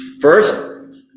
first